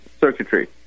circuitry